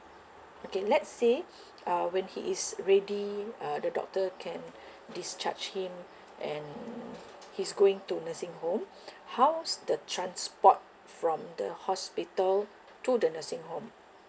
okay let's say uh when he is ready uh the doctor can discharge him and he's going to nursing home how's the transport from the hospital to the nursing home